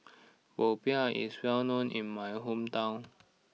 Popiah is well known in my hometown